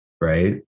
right